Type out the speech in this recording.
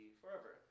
forever